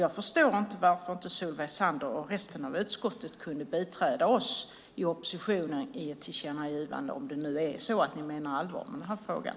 Jag förstår inte varför Solveig Zander och resten av utskottet inte kan biträda oss i oppositionen i ett tillkännagivande, om det nu är så att man menar allvar med den här frågan.